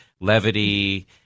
levity